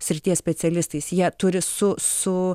srities specialistais jie turi su su